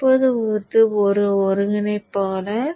இப்போது இது ஒரு ஒருங்கிணைப்பாளர்